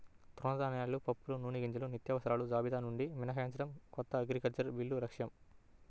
తృణధాన్యాలు, పప్పులు, నూనెగింజలను నిత్యావసరాల జాబితా నుండి మినహాయించడం కొత్త అగ్రికల్చరల్ బిల్లు లక్ష్యం